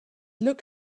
look